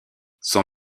son